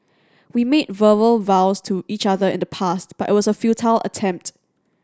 we made verbal vows to each other in the past but it was a futile attempt